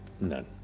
None